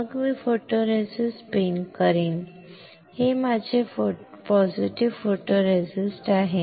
मग मी photoresist spin coat करीन हे माझे पॉझिटिव्ह फोटोरेसिस्ट आहे